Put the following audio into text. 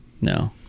No